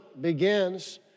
begins